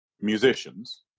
musicians